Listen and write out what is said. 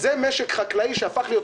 בלי שר המשפטים בעניין הזה זאת יכולה להיות